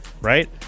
right